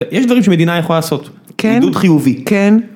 יש דברים שמדינה יכולה לעשות בידוד חיובי, כן.